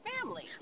family